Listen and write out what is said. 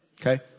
Okay